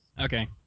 Okay